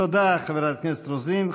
תודה, חברת הכנסת רוזין.